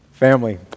Family